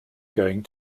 going